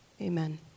amen